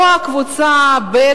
או קבוצה ב',